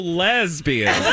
lesbian